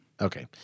Okay